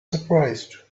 surprised